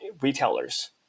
retailers